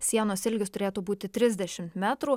sienos ilgis turėtų būti trisdešimt metrų